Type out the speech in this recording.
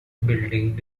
building